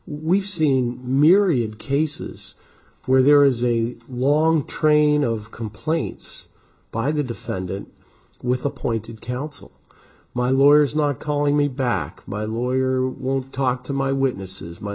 we've seen myriad cases where there is a long train of complaints by the defendant with appointed counsel my lawyer is not calling me back my lawyer won't talk to my witnesses my